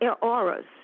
auras